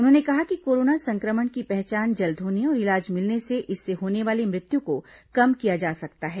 उन्होंने कहा कि कोरोना संक्रमण की पहचान जल्द होने और इलाज मिलने से इससे होने वाली मृत्यु को कम किया जा सकता है